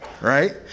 right